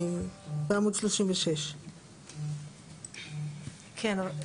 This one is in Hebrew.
בעמוד 36. כן,